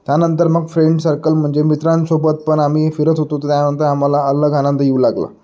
त्यानंतर मग friend circle म्हणजे मित्रांसोबत पण आम्ही फिरत होतो त्यानंतर आम्हाला अलग आनंद येऊ लागला